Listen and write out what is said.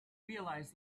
realise